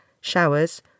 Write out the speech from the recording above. SHOWERS